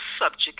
subject